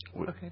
Okay